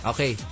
Okay